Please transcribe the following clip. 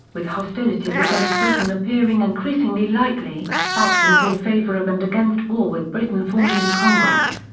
with hostilities against britain appearing increasingly likely, factions in favor of and against war with britain formed in congress.